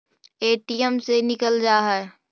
ATM से निकल जा है?